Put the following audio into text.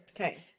Okay